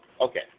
okay